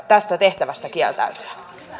tästä tehtävästä kieltäytyä